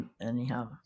anyhow